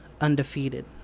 undefeated